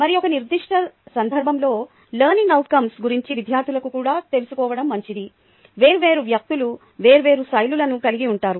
మరియు ఒక నిర్దిష్ట సందర్భంలో లెర్నింగ్ అవుట్కంస్ గురించి విద్యార్థులకు కూడా తెలుసుకోవడం మంచిది వేర్వేరు వ్యక్తులు వేర్వేరు శైలులను కలిగి ఉంటారు